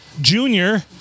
Junior